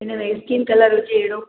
इनमें skin colour हुजे अहिड़ो